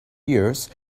years